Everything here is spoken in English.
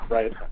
Right